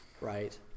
right